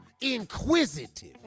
inquisitive